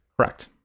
Correct